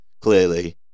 clearly